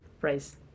phrase